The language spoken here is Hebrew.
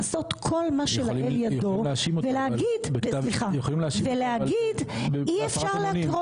לעשות כל מה שלאל ידו ולהגיד שאי אפשר לקרוא